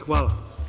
Hvala.